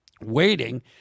waiting